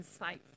insightful